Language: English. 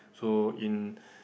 so in